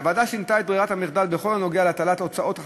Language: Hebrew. הוועדה שינתה את ברירת המחדל בכל הנוגע להטלת הוצאות החקירה,